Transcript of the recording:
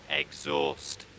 exhaust